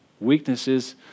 Weaknesses